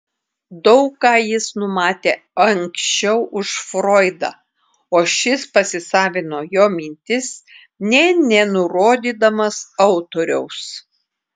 daug ką jis numatė anksčiau už froidą o šis pasisavino jo mintis nė nenurodydamas autoriaus